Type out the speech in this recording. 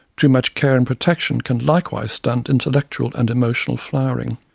too much care and protection can likewise stunt intellectual and emotional flowering.